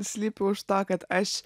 slypi už to kad aš